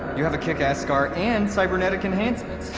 you have a kickass scar and cybernetic enhancements